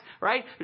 right